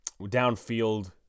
downfield